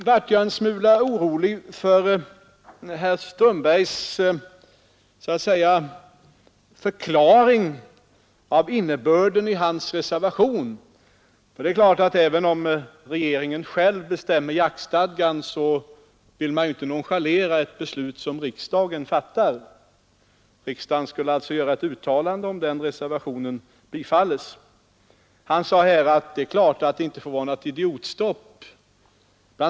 Jag blev en smula orolig över den förklaring herr Strömberg gav om innebörden av hans reservation. Även om regeringen själv bestämmer i fråga om jaktstadgan, är det klart att man inte vill nonchalera ett beslut som riksdagen fattar. Riksdagen skulle alltså göra ett uttalande om denna reservation bifalles. Herr Strömberg sade att det är klart, att det inte får vara något idiotstopp. Bl.